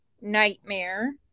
nightmare